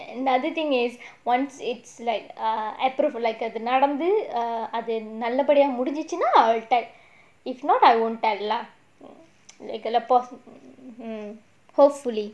another thing is once it's like err I prefer like err the நடந்து அது நல்லபடியா முடிஞ்சுச்சுனா:nadanthu nallabadiyaa mudinjuchunaa if not I won't have lah mm hopefully